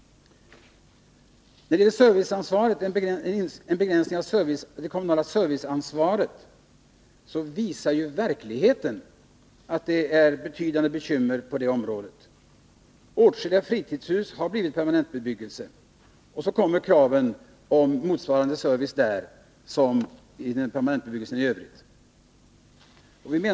Beträffande en begränsning av det kommunala serviceansvaret visar verkligheten att det finns betydande bekymmer på detta område. Åtskilliga fritidshus omvandlas till permanenta bostäder, och så kommer motsvarande krav på service som beträffande permanentbebyggelsen.